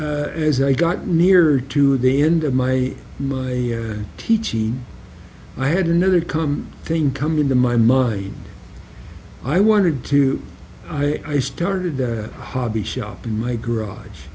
as i got nearer to the end of my my teaching i had another come thing come into my mind i wanted to i started that hobby shop in my garage